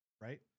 right